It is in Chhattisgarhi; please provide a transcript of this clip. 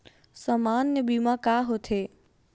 सामान्य बीमा का होथे?